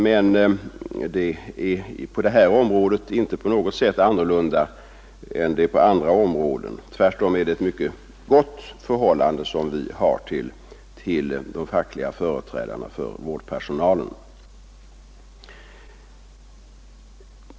Men det är på det här området inte annorlunda än på andra områden, tvärtom har vi ett mycket gott förhållande till de fackliga företrädarna för vårdpersonalen.